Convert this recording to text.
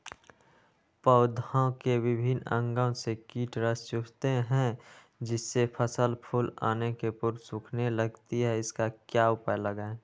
पौधे के विभिन्न अंगों से कीट रस चूसते हैं जिससे फसल फूल आने के पूर्व सूखने लगती है इसका क्या उपाय लगाएं?